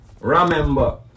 Remember